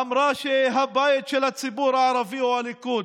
אמרה שהבית של הציבור הערבי הוא הליכוד,